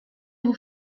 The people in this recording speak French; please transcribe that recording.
vous